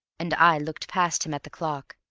and i looked past him at the clock.